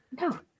No